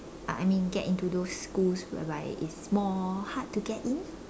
I I mean get into those schools whereby it's more hard to get in